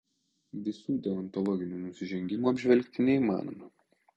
visų deontologinių nusižengimų apžvelgti neįmanoma